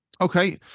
okay